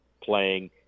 playing